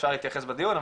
אפשר להתייחס בדיון,